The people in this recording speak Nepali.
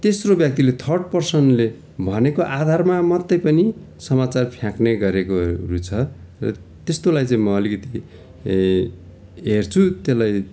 तेस्रो व्यक्तिले थर्ड पर्सनले भनेको आधारमा मात्रै पनि समाचार फ्याँक्ने गरेकोहरू छ र त्यस्तोलाई चाहिँ म अलिकति हे हेर्छु त्यसलाई